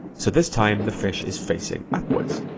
so this time the fish is facing upwards.